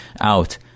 out